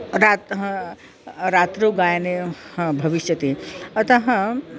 रात्रौ हा रात्रौ गायनं हा भविष्यति अतः